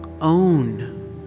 own